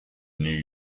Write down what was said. new